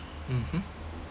mmhmm